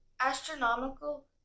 astronomical